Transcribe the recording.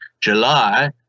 July